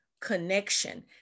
connection